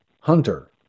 Hunter